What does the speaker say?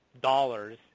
dollars